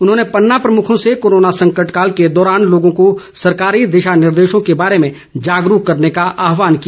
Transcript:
उन्होंने पन्ना प्रमुखों से कोरोना संकटकाल के दौरान लोगों को सरकारी दिशा निर्देशों के बारे में जागरूक करने का आहवान किया